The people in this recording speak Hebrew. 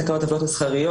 תקנות עוולות מסחריות